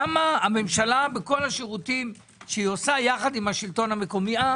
למה הממשלה בכל השירותים שהיא עושה יחד עם השלטון המקומי.